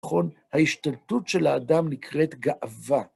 נכון? ההשתלטות של האדם נקראת גאווה.